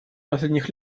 последних